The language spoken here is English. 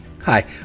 Hi